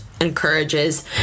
encourages